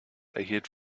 erhielt